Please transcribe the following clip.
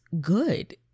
good